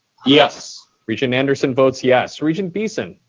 yes. regent anderson votes yes. regent beeson?